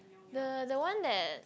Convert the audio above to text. the the one that